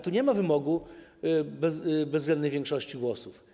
Tu nie ma wymogu bezwzględnej większości głosów.